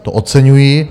To oceňuji.